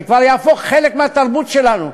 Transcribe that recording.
זה כבר יהפוך חלק מהתרבות שלנו.